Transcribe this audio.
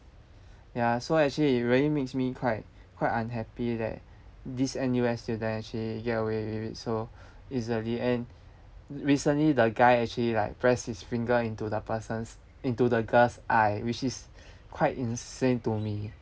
ya so actually it really makes me quite quite unhappy that this N_U_S student actually get away with it so easily and recently the guy actually like press his finger into the person's into the girl's eye which is quite insane to me